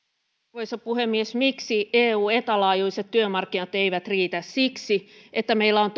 arvoisa puhemies miksi eu ja eta laajuiset työmarkkinat eivät riitä siksi että meillä on